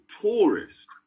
tourist